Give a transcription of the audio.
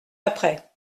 après